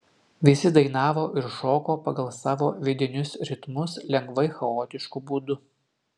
visi dainavo ir šoko pagal savo vidinius ritmus lengvai chaotišku būdu